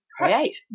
create